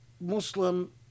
Muslim